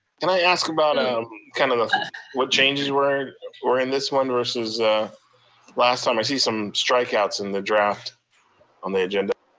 and i ask about um kind of kind of what changes were or in this one versus last time? um i see some strikeouts in the draft on the agenda.